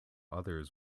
others